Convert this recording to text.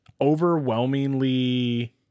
overwhelmingly